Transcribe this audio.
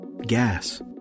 gas